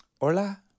Hola